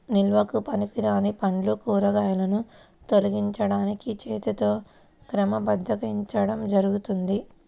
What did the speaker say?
నిల్వకు పనికిరాని పండ్లు, కూరగాయలను తొలగించడానికి చేతితో క్రమబద్ధీకరించడం జరుగుతుంది